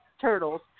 turtles